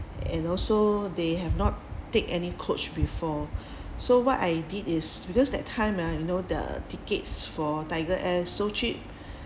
and also they have not take any coach before so what I did is because that time ah you know the tickets for Tiger Air so cheap